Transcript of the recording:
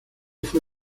fue